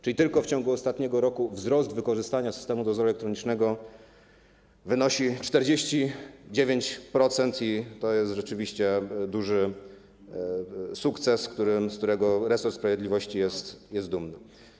Czyli tylko w ciągu ostatniego roku nastąpił wzrost wykorzystania systemu dozoru elektronicznego o 49% i to jest rzeczywiście duży sukces, z którego resort sprawiedliwości jest dumny.